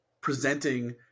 presenting